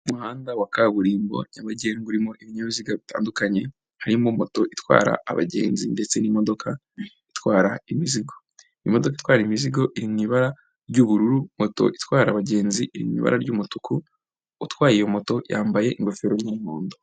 Umuhanda wa kaburimbo nyabagendwa urimo ibinyabiziga bitandukanye, harimo moto itwara abagenzi ndetse n'imodoka itwara imizigo, imodoka itwara imizigo iri mu ibara ry'ubururu, moto itwara abagenzi iri mu ibara ry'umutuku, utwaye iyo moto yambaye ingofero y'umuhondo.